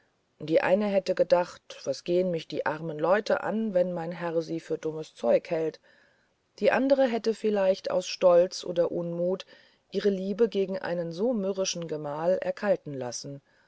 die eine hätte gedacht was gehen mich die armen leute an wenn mein herr sie für dummes zeug hält die andere hätte vielleicht aus stolz oder unmut ihre liebe gegen einen so mürrischen gemahl erkalten lassen